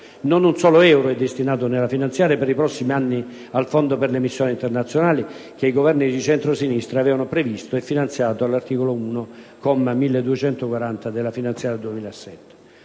non un solo euro è destinato nella finanziaria per i prossimi anni al fondo per le missioni internazionali, che i Governi di centrosinistra avevano previsto e finanziato all'articolo 1, comma 1240, della finanziaria per